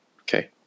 Okay